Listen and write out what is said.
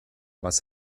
was